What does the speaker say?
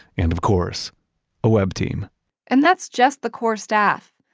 and of course a web team and that's just the core staff.